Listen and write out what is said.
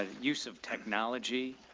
ah use of technology,